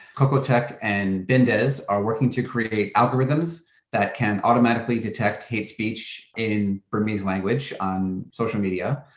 koe koe tech and bindez are working to create algorithms that can automatically detect hate speech in burmese language on social media,